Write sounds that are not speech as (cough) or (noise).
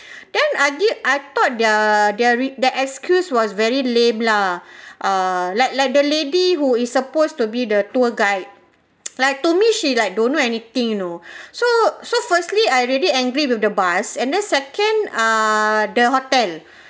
(breath) then I did I thought their their re~ the excuse was very lame lah (breath) uh like like the lady who is supposed to be the tour guide (noise) like to me she like don't know anything you know (breath) so so firstly I really angry with the bus and then second ah the hotel